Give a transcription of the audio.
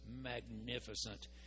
magnificent